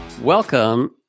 Welcome